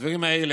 זה חובה?